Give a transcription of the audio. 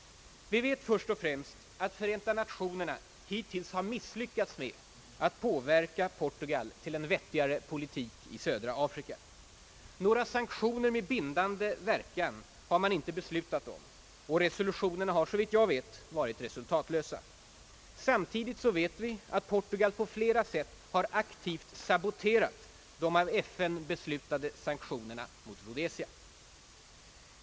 Vi vet först och främst att Förenta Nationerna hittills har misslyckats med att påverka Portugal till en vettigare politik i södra Afrika. Några sanktionsbeslut med bindande verkan har man inte fattat, och resolutionerna har såvitt jag vet varit resultatlösa. Samtidigt vet vi att Portugal på många sätt aktivt saboterat de av FN beslutade sanktionerna mot Rhodesia.